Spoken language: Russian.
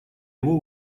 его